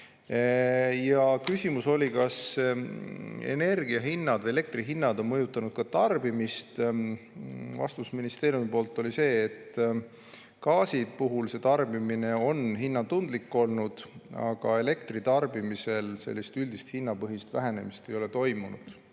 Küsimus oli, kas energiahinnad või elektrihinnad on mõjutanud ka tarbimist. Vastus ministeeriumil oli see, et gaasi puhul on tarbimine olnud hinnatundlik, aga elektritarbimisel üldist hinnapõhist vähenemist ei ole toimunud.